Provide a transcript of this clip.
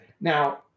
Now